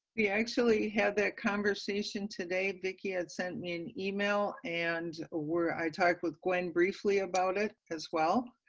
we actually have that conversation today. vicki had sent me an email and where i talked with glenn briefly about it as well.